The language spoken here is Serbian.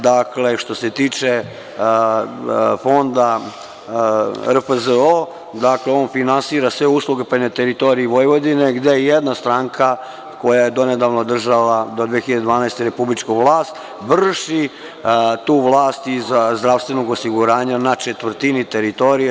Dakle, što se tiče Fonda RFZO, on finansira sve usluge pa i na teritoriji Vojvodine, gde jedna stranka, koja je donedavno držala, do 2012. godine, republičku vlast, vrši tu vlast iz zdravstvenog osiguranja na četvrtini teritorije.